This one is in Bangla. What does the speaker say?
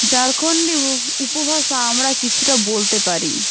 ঝাড়খন্ডী উপভাষা আমরা কিছুটা বলতে পারি